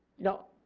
you know,